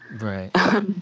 Right